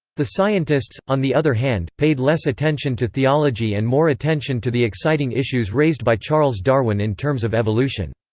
the scientists, on the other hand, paid less attention to theology and more attention to the exciting issues raised by charles darwin in terms of evolution.